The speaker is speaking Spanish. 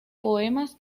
poemas